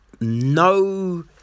no